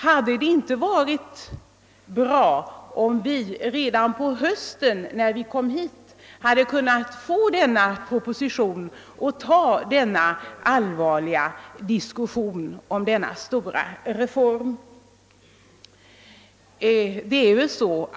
Hade det då inte varit bra om vi redan när vi samlades här i höstas hade fått propositionen och kunnat föra en allvarlig diskussion om denna stora reform?